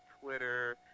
Twitter